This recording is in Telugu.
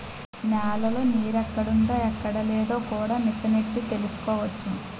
నేలలో నీరెక్కడుందో ఎక్కడలేదో కూడా మిసనెట్టి తెలుసుకోవచ్చు